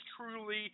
truly